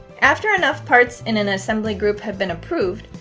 after enough parts in an assembly group have been approved,